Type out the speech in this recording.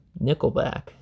Nickelback